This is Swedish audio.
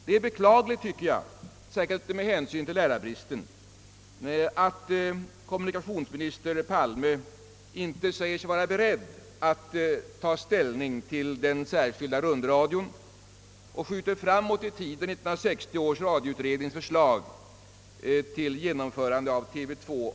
Det är beklagligt, särskilt med hänsyn till lärarbristen, att kommunikationsminister Palme säger sig inte vara beredd att ta ställning till förslaget om en särskild rundradio och av resursskäl uppskjuter beslutet om 1960 års radioutrednings förslag till genomförande av TV 2.